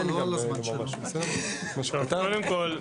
קודם כל,